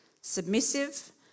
submissive